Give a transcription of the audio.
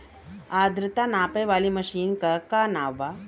आद्रता नापे वाली मशीन क का नाव बा?